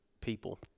people